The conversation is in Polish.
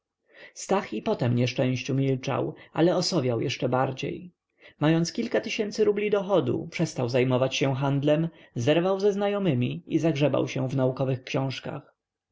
stach i po tem nieszczęściu milczał ale osowiał jeszcze bardziej mając kilka tysięcy rubli dochodu przestał zajmować się handlem zerwał ze znajomymi i zagrzebał się w naukowych książkach